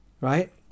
Right